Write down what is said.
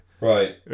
Right